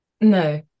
No